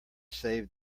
save